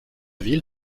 ville